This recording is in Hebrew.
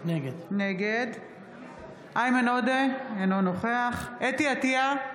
נגד איימן עודה, אינו נוכח חוה אתי עטייה,